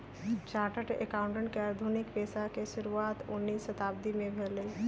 chartered accountant के आधुनिक पेशा के शुरुआत उनइ शताब्दी में भेलइ